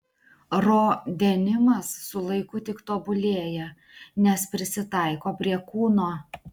ro denimas su laiku tik tobulėja nes prisitaiko prie kūno